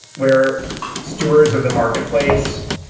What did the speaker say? we're stewards of the marketplace.